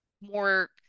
more